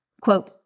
quote